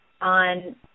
on